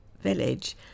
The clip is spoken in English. village